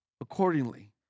accordingly